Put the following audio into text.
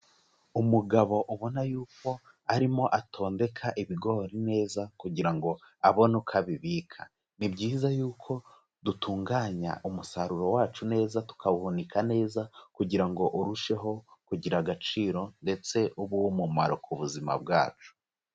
Umugabo ubona y'uko arimo atondeka ibigori neza kugira ngo abone uko abibika, ni byiza y'uko dutunganya umusaruro wacu neza tukawuhunika neza kugira ngo urusheho kugira agaciro ndetse ube uw'umumaro ku buzima bwacu.